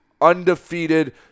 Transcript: undefeated